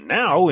now